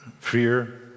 fear